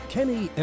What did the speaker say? Kenny